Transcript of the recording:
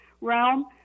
realm